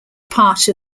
part